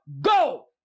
Go